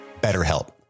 BetterHelp